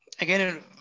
Again